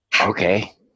Okay